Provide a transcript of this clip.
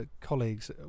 colleagues